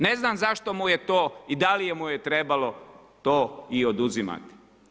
Ne znam zašto mu je to i da li mu je trebalo to i oduzimati.